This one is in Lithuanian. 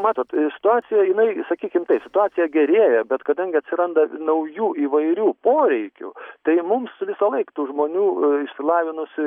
matot situacija jinai sakykim taip situacija gerėja bet kadangi atsiranda naujų įvairių poreikių tai mums visąlaik tų žmonių išsilavinusių